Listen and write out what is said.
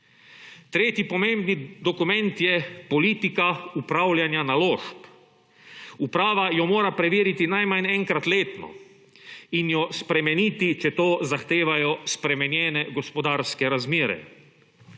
Tretji pomemben dokument je politika upravljanja naložb. Uprava jo mora preveriti najmanj enkrat letno in jo spremeniti, če to zahtevajo spremenjene gospodarske razmere.